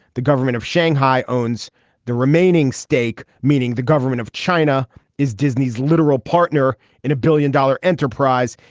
the government of shanghai owns the remaining stake meaning the government of china is disney's literal partner in a billion dollar enterprise.